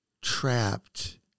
trapped